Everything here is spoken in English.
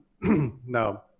No